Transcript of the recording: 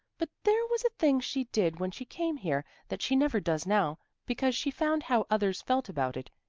but there was a thing she did when she came here that she never does now, because she found how others felt about it.